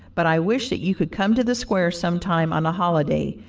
but i wish that you could come to the square some time on a holiday,